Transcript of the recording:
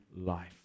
life